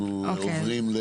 אנחנו עוברים.